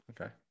okay